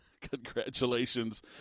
congratulations